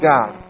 God